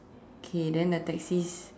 okay then the taxis